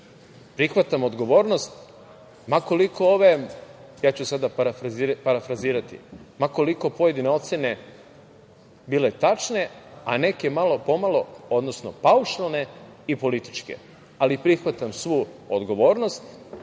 ću parafrazirati, ma koliko pojedine ocene bile tačne, a neke malo po malo, odnosno paušalne i političke, ali prihvatam svu odgovornost.